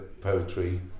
poetry